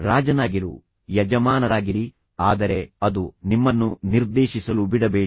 ರಾಜನಾಗಿರು ಯಜಮಾನರಾಗಿರಿ ಆದರೆ ಅದು ನಿಮ್ಮನ್ನು ನಿರ್ದೇಶಿಸಲು ಬಿಡಬೇಡಿ